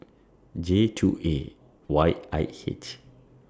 J two A Y I H